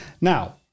Now